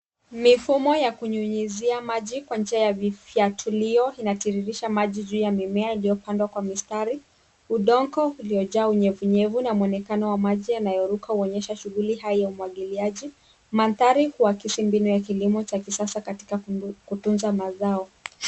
Mifumo ya kunyunyizia maji kwa njia ya vifyatulio, inatiririsha maji juu ya mimea iliyopandwa kwa mistari. Udongo uliojaa unyevu unyevu, na mwonekano wa maji yanayoruka huonyesha shughuli ya umwagiliaji .Mandhari huakisi mbinu ya kilimo cha kisasa katika kutunza mazao.